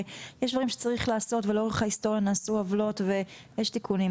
ויש דברים שצריך לעשות ולאורך ההיסטוריה נעשו עוולות ויש תיקונים.